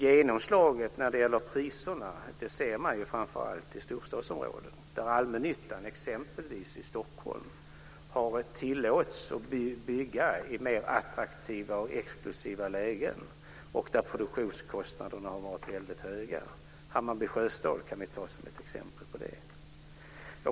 Genomslaget när det gäller priserna ser man framför allt i storstadsområdena där allmännyttan, exempelvis i Stockholm, har tillåtits bygga i mer attraktiva och exklusiva lägen och där produktionskostnaderna varit väldigt höga. Hammarby Sjöstad kan nämnas som exempel.